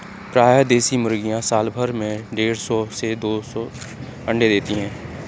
प्रायः देशी मुर्गियाँ साल भर में देढ़ सौ से दो सौ अण्डे देती है